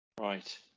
Right